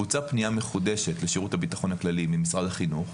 בוצעה פנייה מחודשת לשב"כ ממשרד החינוך,